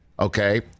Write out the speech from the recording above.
Okay